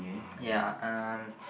ya um